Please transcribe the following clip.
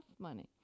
money